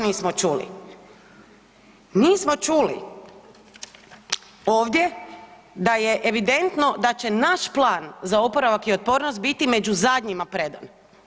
Nismo čuli ovdje da je evidentno da će naš plan za oporavak i otpornost biti među zadnjima predan.